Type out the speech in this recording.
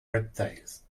reptiles